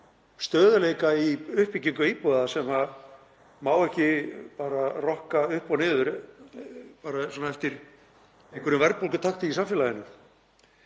stöðugleika í uppbyggingu íbúða sem má ekki bara rokka upp og niður eftir einhverjum verðbólgutakti í samfélaginu.